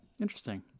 Interesting